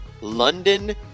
london